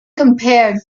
compared